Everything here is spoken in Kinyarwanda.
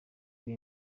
iri